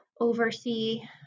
oversee